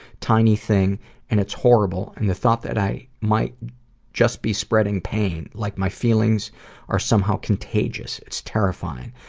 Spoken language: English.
tiny thing and it's horrible, and the thought that i might just be spreading pain, like my feelings are somehow contagious, it's terrifying.